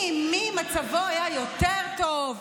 של מי היה יותר טוב?